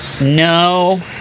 No